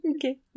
Okay